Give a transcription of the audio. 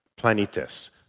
planetes